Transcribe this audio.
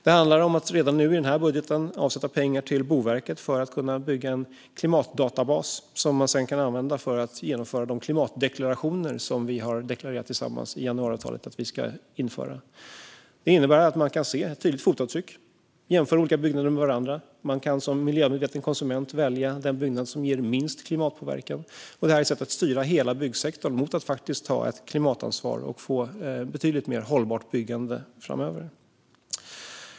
Det handlar om att redan nu, i denna budget, avsätta pengar till Boverket för att kunna bygga en klimatdatabas som man sedan kan använda för att genomföra de klimatdeklarationer som vi tillsammans i januariavtalet har sagt att vi ska införa. Det innebär att man kan se ett tydligt fotavtryck och jämföra olika byggnader med varandra. Man kan som miljömedveten konsument välja den byggnad som ger minst klimatpåverkan. Detta är ett sätt att styra hela byggsektorn mot att ta ett klimatansvar och få ett betydligt mer hållbart byggande framöver.